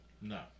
No